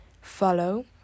follow